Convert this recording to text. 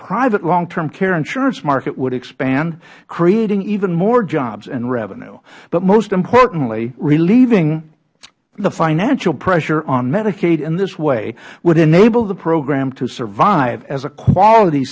private long term care insurance market would expand creating even more jobs and revenue but most importantly relieving the financial pressure on medicaid in this way would enable the program to survive as a quality